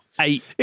eight